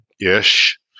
ish